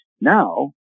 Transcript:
Now